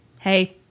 hey